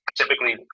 typically